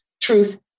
truth